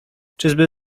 czyżby